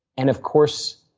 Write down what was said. and of course,